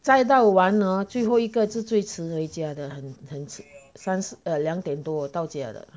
载到完 hor 最后一个就最迟会家的很很三 err 两点多到家的